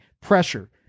pressure